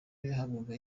yahabwaga